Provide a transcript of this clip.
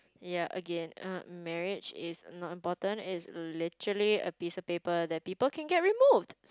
ya again uh marriage is not important it's literally a piece of paper that people can get removed